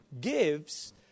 gives